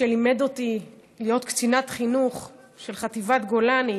שלימד אותי להיות קצינת חינוך של חטיבת גולני,